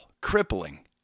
crippling